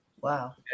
Wow